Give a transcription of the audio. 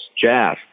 jazz